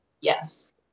Yes